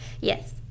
Yes